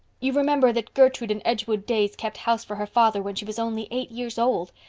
you remember that gertrude in edgewood days kept house for her father when she was only eight years old.